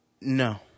No